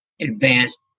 advanced